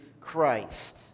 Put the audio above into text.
Christ